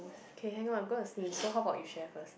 K hang on I'm gonna sneeze so how about you share first